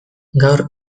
gaur